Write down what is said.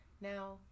now